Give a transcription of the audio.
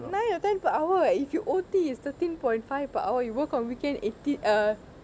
nine or ten per hour if you O_T is thirteen point five per hour you work on weekend eighteen uh